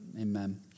Amen